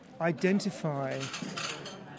identify